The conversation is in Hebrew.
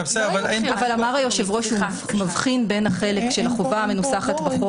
אמר היושב ראש שהוא מבחין בין החלק של החובה המנוסחת בחוק